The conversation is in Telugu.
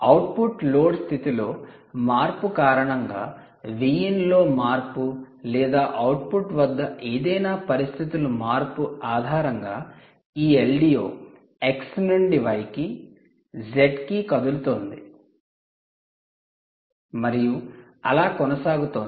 అవుట్పుట్ లోడ్ స్థితిలో మార్పు కారణంగా Vin లో మార్పు లేదా అవుట్పుట్ వద్ద ఏదైనా పరిస్థితుల మార్పు ఆధారంగా ఈ LDO x నుండి y కి z కి కదులుతోంది మరియు అలా కొనసాగుతోంది